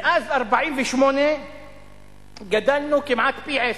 מאז 1948 גדלנו כמעט פי עשרה,